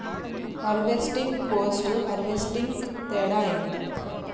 Harvesting, post harvesting తేడా ఏంటి?